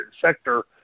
sector